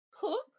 cook